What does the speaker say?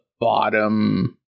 bottom